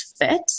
fit